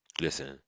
Listen